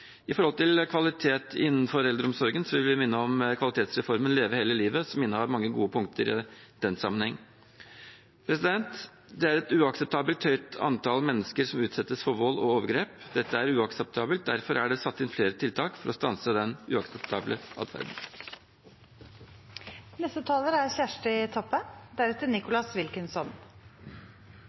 kvalitet innenfor eldreomsorgen, vil vi minne om kvalitetsreformen Leve hele livet, som innehar mange gode punkter i den sammenheng. Det er et uakseptabelt høyt antall mennesker som utsettes for vold og overgrep. Dette er uakseptabelt. Derfor er det satt inn flere tiltak for å stanse den uakseptable